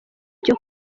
cyo